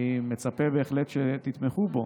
אני מצפה בהחלט שתתמכו בו.